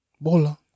Bola